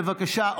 בבקשה,